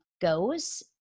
goes